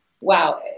Wow